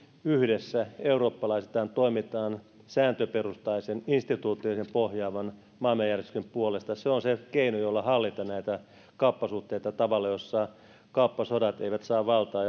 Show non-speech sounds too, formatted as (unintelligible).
yhdessä eurooppalaisittain toimitaan sääntöperustaisen instituutioihin pohjaavan maailmanjärjestyksen puolesta se on se keino jolla hallitaan kauppasuhteita tavalla jossa kauppasodat eivät saa valtaa (unintelligible)